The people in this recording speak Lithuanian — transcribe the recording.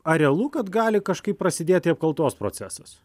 ar realu kad gali kažkaip prasidėti apkaltos procesas